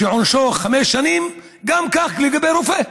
עונשו חמש שנים, גם כך לגבי רופא.